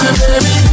baby